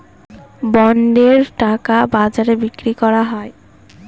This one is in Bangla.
বন্ডের টাকা বাজারে বিক্রি করা হয়